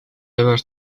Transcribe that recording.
ever